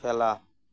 খেলা